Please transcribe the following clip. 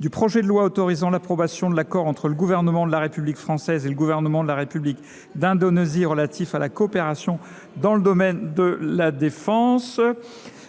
du projet de loi autorisant l’approbation de l’accord entre le Gouvernement de la République française et le Gouvernement de la République d’Indonésie relatif à la coopération dans le domaine de la défense ;